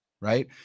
Right